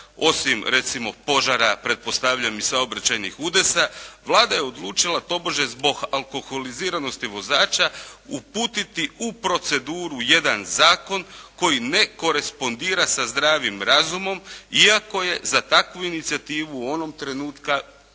osim recimo požara pretpostavljam i saobraćajnih udesa Vlada je odlučila tobože zbog alkoholiziranosti vozača uputiti u proceduru jedan zakon koji ne korespondira sa zdravim razumom iako je za takvu inicijativu u onom trenutku imala